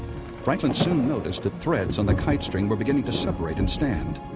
franklin soon noticed the threads on the kite string were beginning to separate and stand,